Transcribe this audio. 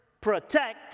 protect